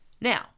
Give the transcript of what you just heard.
Now